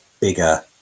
bigger